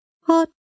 Hot